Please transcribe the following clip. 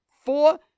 four